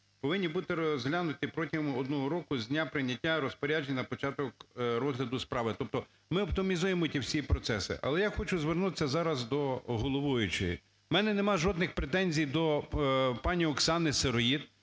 повинні бути розглянуті протягом 1 року з дня прийняття розпоряджень на початок розгляду справи, тобто ми оптимізуємо ті всі процеси. Але я хочу звернутися зараз до головуючої. У мене немає жодних претензій до пані Оксани Сироїд,